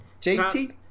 JT